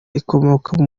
ikomoka